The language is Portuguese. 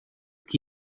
que